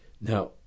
Now